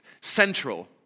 central